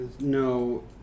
No